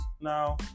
now